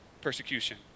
persecution